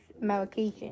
medication